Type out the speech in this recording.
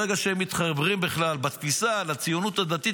ברגע שהם מתחברים בכלל בתפיסה לציונות הדתית,